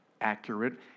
accurate